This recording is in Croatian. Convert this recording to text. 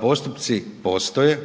postupci postoje,